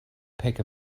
pick